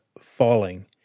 falling